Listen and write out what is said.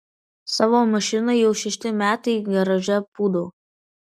savo mašiną jau šešti metai garaže pūdau